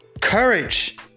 Courage